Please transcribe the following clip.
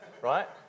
right